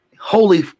holy